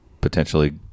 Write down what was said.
potentially